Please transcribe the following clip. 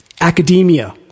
academia